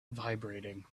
vibrating